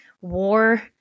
war